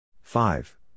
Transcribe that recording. five